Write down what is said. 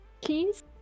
keys